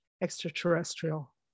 extraterrestrial